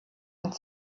und